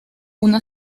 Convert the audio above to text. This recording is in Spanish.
una